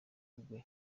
rwe